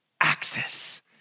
Access